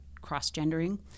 cross-gendering